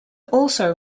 also